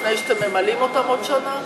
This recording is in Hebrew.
לפני שאתם ממלאים אותם עוד שנה?